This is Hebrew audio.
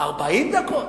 40 דקות.